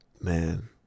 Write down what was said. man